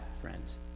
friends